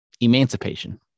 Emancipation